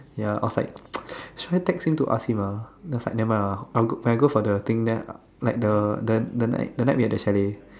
ya I was like should I text him to ask him ah then I was like never mind lah when I go for the thing like the the the night we had the chalet